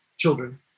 children